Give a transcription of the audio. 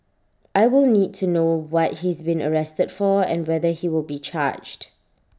I will need to know what he's been arrested for and whether he will be charged